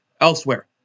elsewhere